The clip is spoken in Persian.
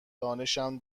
دانشم